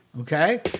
Okay